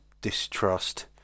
distrust